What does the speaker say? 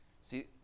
See